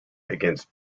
against